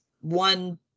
one